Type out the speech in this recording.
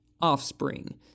offspring